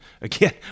Again